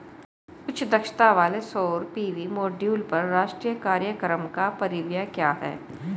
उच्च दक्षता वाले सौर पी.वी मॉड्यूल पर राष्ट्रीय कार्यक्रम का परिव्यय क्या है?